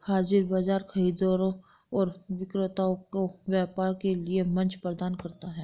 हाज़िर बाजार खरीदारों और विक्रेताओं को व्यापार के लिए मंच प्रदान करता है